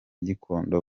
gikondo